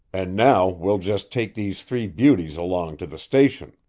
and now we'll just take these three beauties along to the station.